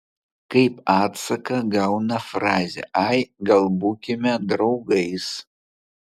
kaip atsaką gauna frazę ai gal būkime draugais